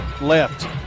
left